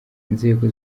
inzego